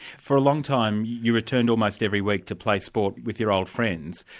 for a long time you returned almost every week to play sport with your old friends,